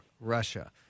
Russia